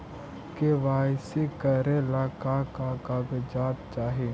KYC करे ला का का कागजात चाही?